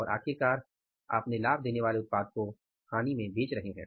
और आखिरकार अपने लाभ देने वाले उत्पाद को हम हानि में बेच रहे हैं